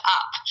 up